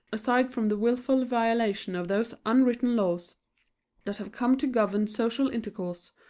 aside from the willful violation of those unwritten laws that have come to govern social intercourse,